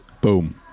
Boom